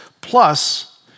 plus